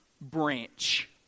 branch